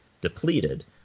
depleted